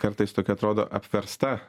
kartais tokia atrodo apversta